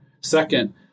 Second